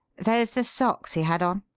those the socks he had on?